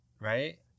right